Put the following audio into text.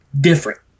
different